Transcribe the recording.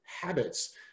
habits